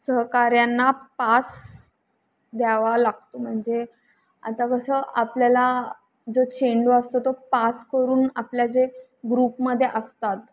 सहकाऱ्यांना पास द्यावा लागतो म्हणजे आता कसं आपल्याला जो चेंडू असतो तो पास करून आपल्या जे ग्रुपमध्ये असतात